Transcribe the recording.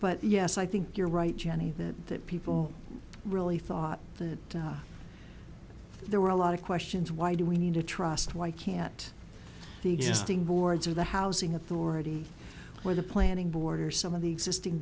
but yes i think you're right jenny that people really thought the there were a lot of questions why do we need to trust why can't they just thing boards or the housing authority where the planning board or some of the existing